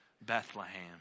Bethlehem